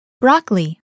Broccoli